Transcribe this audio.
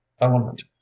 element